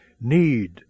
need